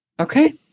Okay